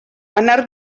anar